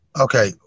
Okay